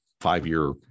five-year